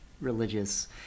religious